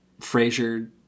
Frasier